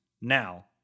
Now